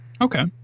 Okay